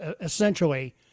Essentially